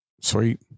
Sweet